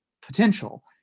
potential